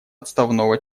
отставного